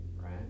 Right